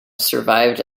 survived